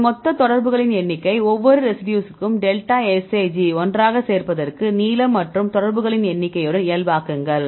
அதன் மொத்த தொடர்புகளின் எண்ணிக்கை ஒவ்வொரு ரெசிடியூசிற்கும் டெல்டா Sij ஒன்றாகச் சேர்ப்பதற்கு நீளம் மற்றும் தொடர்புகளின் எண்ணிக்கையுடன் இயல்பாக்குங்கள்